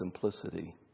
simplicity